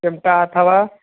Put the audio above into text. चिमिटा अथव